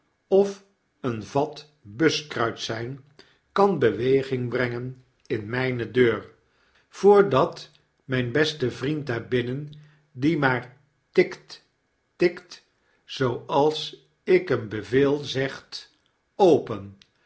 of een vat buskruit zyn kan beweging brengen in myne deur voordat mijn beste vriend daar binnen die maar tikt tikt zooals ik hem beveel zegt openf